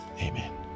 Amen